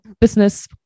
business